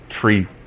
tree